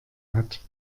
hat